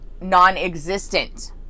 non-existent